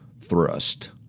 thrust